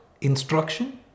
instruction